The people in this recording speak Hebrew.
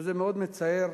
וזה מאוד מצער,